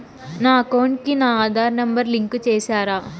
నా అకౌంట్ కు నా ఆధార్ నెంబర్ లింకు చేసారా